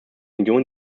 union